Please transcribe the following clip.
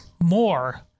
more